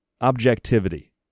objectivity